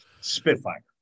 Spitfire